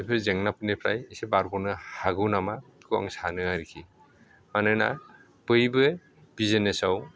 बेफोर जेंनाफोरनिफ्राय एसे बारग'नो हागौ नामा बेखौ आं सानो आरोखि मानोना बयबो बिजिनेसआव